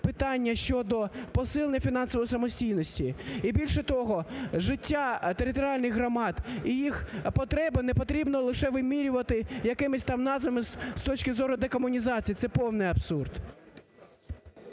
питання щодо посилення фінансової самостійності. І, більше того, життя територіальних громад і їх потреби не потрібно лише вимірювати якимись там назвами з точки зору декомунізації, це повний абсурд.